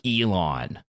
elon